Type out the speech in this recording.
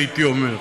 הייתי אומר.